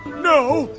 no.